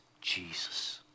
Jesus